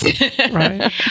Right